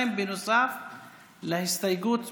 2, בנוסף להסתייגות מס'